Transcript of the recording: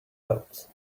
out